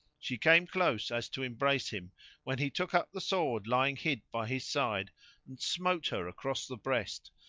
she came close as to embrace him when he took up the sword lying hid by his side and smote her across the breast,